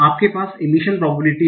आपके पास emission probabilities हैं